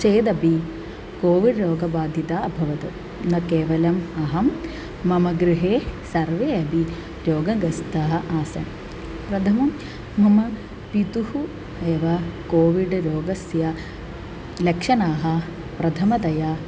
चेदपि कोविड् रोगबाधिता अभवत् न केवलम् अहं मम गृहे सर्वे अपि रोगग्रस्ताः आसन् प्रथमं मम पितुः एव कोविड् रोगस्य लक्षणानि प्रथमतया